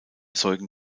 zeugen